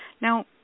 Now